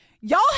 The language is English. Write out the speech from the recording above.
y'all